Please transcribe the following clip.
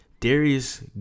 Darius